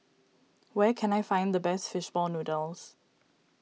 where can I find the best Fish Ball Noodles